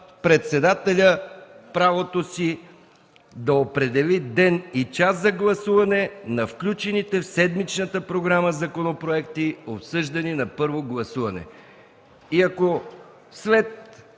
председателят правото си да определи ден и час за гласуване на включените в седмичната програма законопроекти, обсъждани на първо гласуване. И ако след